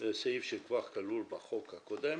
סעיף שכבר כלול בחוק הקודם